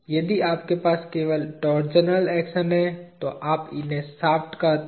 यदि आपके पास केवल टॉरशनल एक्शन है तो आप उन्हें शाफ्ट कहते हैं